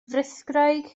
frithgraig